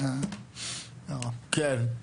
טוב.